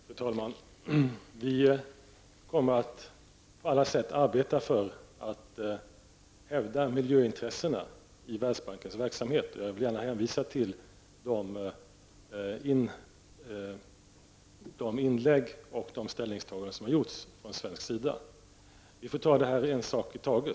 Fru talman! Regeringen kommer att på alla sätt arbeta för och hävda miljöintressena i Världsbankens verksamhet. Jag vill gärna hänvisa till de inlägg och de ställningstaganden som gjorts från svensk sida. Vi får ta en sak i taget.